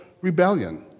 rebellion